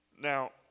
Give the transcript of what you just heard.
Now